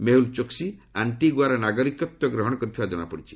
ମେହୁଲ ଚୋକ୍ସି ଆଙ୍କିଗୁଆର ନାଗରିକତ୍ୱ ଗ୍ରହଣ କରିଥିବା ଜଣାପଡିଛି